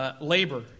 labor